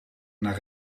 naar